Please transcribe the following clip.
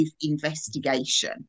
investigation